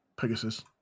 Pegasus